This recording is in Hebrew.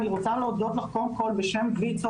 אני רוצה להודות לך קודם כל בשם ויצו